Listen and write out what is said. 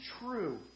true